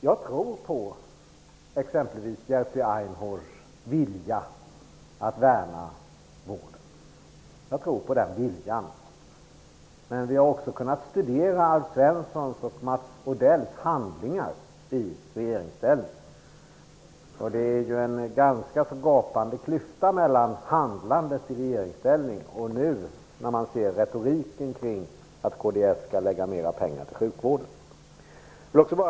Jag tror på exempelvis Jerzy Einhorns vilja att värna vården, men vi har också kunnat studera Alf Svenssons och Mats Odells handlingar när kds varit i regeringsställning. Det är en ganska gapande klyfta mellan handlandet i regeringsställning och retoriken nu om att kds skall ge sjukvården mera pengar.